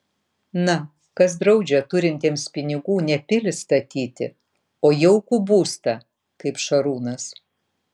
na kas draudžia turintiems pinigų ne pilį statyti o jaukų būstą kaip šarūnas